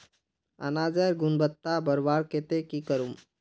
अनाजेर गुणवत्ता बढ़वार केते की करूम?